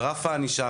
רף הענישה,